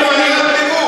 פערי תיווך.